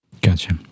gotcha